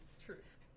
Truth